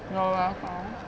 you're welcome